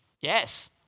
Yes